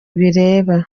bireba